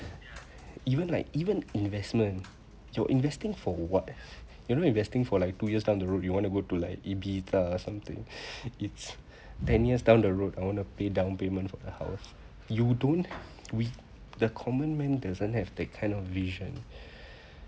even like even investment you're investing for what you're not investing for like two years down the road you want to go to like ibiza or something it's ten years down the road I want to pay down payment for a house you don't we the common man doesn't have that kind of vision